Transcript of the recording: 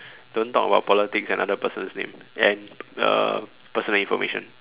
don't talk about politics and other person's name and uh personal information